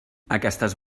aquestes